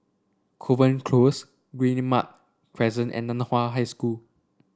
Kovan Close Guillemard Crescent and Nan Hua High School